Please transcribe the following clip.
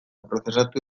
prozesatu